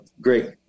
great